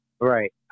Right